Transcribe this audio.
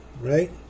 right